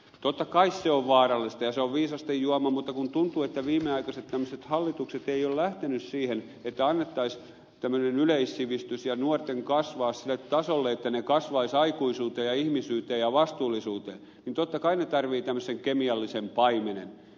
totta kai se on vaarallista ja se on viisasten juoma mutta kun tuntuu että viimeaikaiset hallitukset eivät ole lähteneet siihen että annettaisiin tämmöinen yleissivistys ja nuorten kasvaa sille tasolle että he kasvaisivat aikuisuuteen ja ihmisyyteen ja vastuullisuuteen niin totta kai he tarvitsevat tämmöisen kemiallisen paimenen